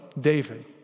David